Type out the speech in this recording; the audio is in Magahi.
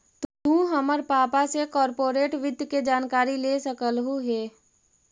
तु हमर पापा से कॉर्पोरेट वित्त के जानकारी ले सकलहुं हे